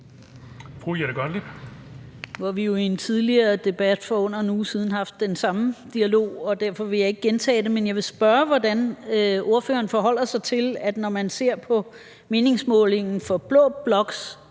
vi jo i en tidligere debat for under en uge siden haft den samme dialog, og derfor vil jeg ikke gentage, hvad der blev sagt, men jeg vil spørge, hvordan ordføreren forholder sig til, at når man ser på meningsmålingen for blå bloks